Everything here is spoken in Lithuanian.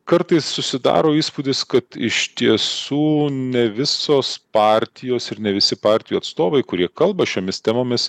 kartais susidaro įspūdis kad iš tiesų ne visos partijos ir ne visi partijų atstovai kurie kalba šiomis temomis